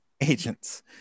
agents